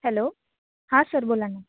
hello हां sir बोला ना